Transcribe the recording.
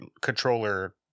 controller